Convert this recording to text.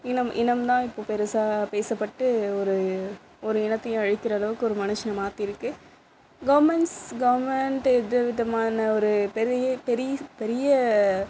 இனம் இனம் தான் இப்போது பெருசாக பேசப்பட்டு ஒரு ஒரு இனத்தையே அழிக்கிற அளவுக்கு ஒரு மனுஷனை மாற்றி இருக்குது கவுர்மெண்ட்ஸ் கவர்மெண்ட் விதவிதமான ஒரு பெரிய பெரிய பெரிய